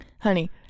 Honey